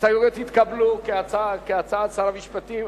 ההסתייגויות התקבלו כהצעת שר המשפטים.